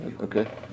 okay